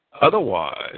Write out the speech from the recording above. Otherwise